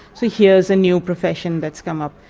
so here's a new profession that's come up.